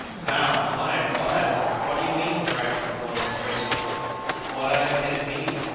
how? why? what island? what do you mean? cried mrs. weldon incredulously what island can it be?